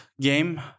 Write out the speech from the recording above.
game